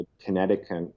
Connecticut